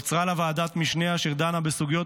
ונוצרה לה ועדת משנה אשר דנה בסוגיות